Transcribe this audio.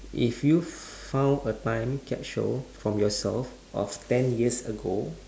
if you found a time capsule from yourself of ten years ago